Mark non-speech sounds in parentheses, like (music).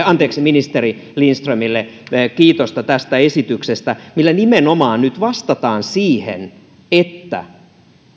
(unintelligible) anteeksi ministeri lindströmille kiitosta tästä esityksestä millä nyt nimenomaan vastataan siihen että